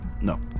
No